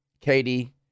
Katie